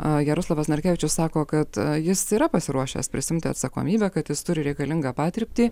a jaroslavas narkevičius sako kad jis yra pasiruošęs prisiimti atsakomybę kad jis turi reikalingą patirtį